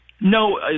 No